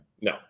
No